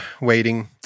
waiting